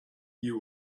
you